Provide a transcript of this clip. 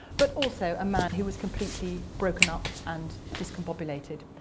but also a man who was completely broken up and discombobulated.